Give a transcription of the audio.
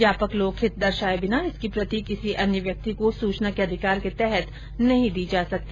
व्यापक लोकहित दर्शाये बिना इसकी प्रति किसी अन्य व्यक्ति को सूचना के अधिकार के तहत नहीं दी जा सकती